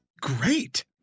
great